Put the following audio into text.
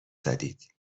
زدید